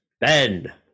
Ben